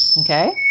Okay